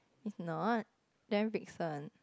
not damn big one